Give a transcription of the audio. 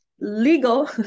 legal